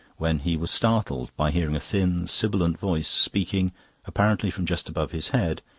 when he was startled by hearing a thin, sibilant voice, speaking apparently from just above his head,